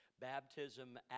baptism